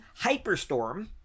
Hyperstorm